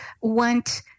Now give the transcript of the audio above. want